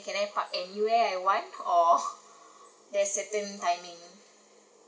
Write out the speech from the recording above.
can I park anywhere I want or there's certain timing